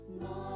more